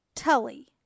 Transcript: Tully